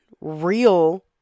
real